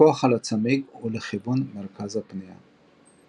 הכוח על הצמיג הוא לכיוון מרכז הפנייה.